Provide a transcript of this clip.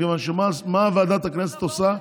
מכיוון שמה ועדת הכנסת עושה?